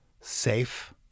Safe